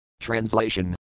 Translation